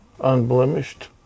unblemished